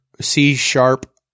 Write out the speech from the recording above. C-sharp